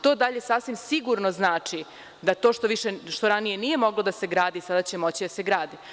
To dalje sasvim sigurno znači da to što ranije nije moglo da se gradi, sada će moći da se gradi.